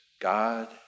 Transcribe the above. God